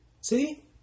See